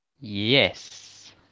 Yes